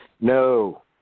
No